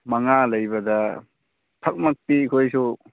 ꯃꯉꯥ ꯂꯩꯕꯗ ꯐꯛꯃꯛꯇꯤ ꯑꯩꯈꯣꯏꯁꯨ